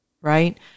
Right